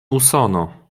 usono